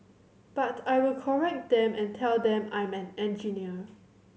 but I will correct them and tell them I'm an engineer